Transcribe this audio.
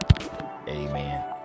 Amen